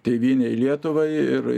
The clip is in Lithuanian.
tėvynei lietuvai ir